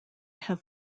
have